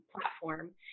platform